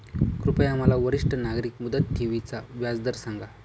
कृपया मला वरिष्ठ नागरिक मुदत ठेवी चा व्याजदर सांगा